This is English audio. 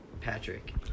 Patrick